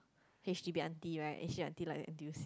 h_d_b auntie right h_d_b auntie like n_t_u_c